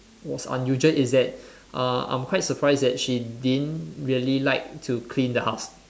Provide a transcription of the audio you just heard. was unusual is that uh I'm quite surprise that she didn't really like to clean the house